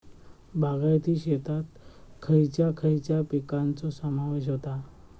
बागायती शेतात खयच्या खयच्या पिकांचो समावेश होता?